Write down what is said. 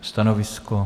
Stanovisko?